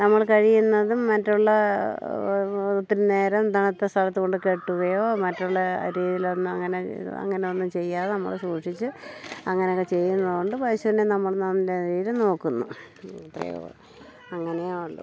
നമ്മൾ കഴിയുന്നതും മറ്റുള്ള നേരം തണുത്ത സ്ഥലത്ത് കൊണ്ട് കെട്ടുകയോ മറ്റുള്ള രീതിയിലൊന്നും അങ്ങനെ അങ്ങനെ ഒന്നും ചെയ്യാതെ നമ്മള് സൂക്ഷിച്ചു അങ്ങനെയൊ ക്കെ ചെയ്യുന്നത് കൊണ്ട് പശുവിനെ നമ്മള് നല്ല നിലയിൽ നോക്കുന്നു അങ്ങനെയള്ള